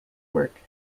work